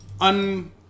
un